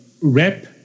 Rep